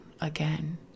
again